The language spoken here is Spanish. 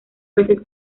veces